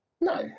No